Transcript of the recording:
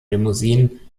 limousinen